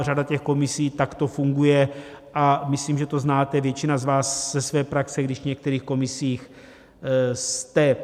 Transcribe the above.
Řada těch komisí takto funguje a myslím, že to znáte, většina z vás ze své praxe, když v některých komisích jste.